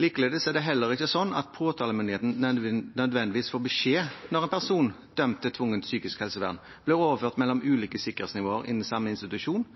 Likeledes er det heller ikke slik at påtalemyndigheten nødvendigvis får beskjed når en person dømt til tvungent psykisk helsevern overføres mellom ulike sikkerhetsnivåer innen samme institusjon,